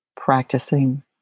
practicing